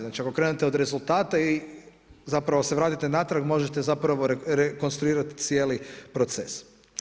Znači, ako krenete od rezultata i zapravo se vratite natrag možete zapravo rekonstruirati cijeli proces.